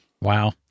Wow